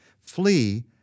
Flee